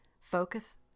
focus